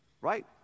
right